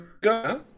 go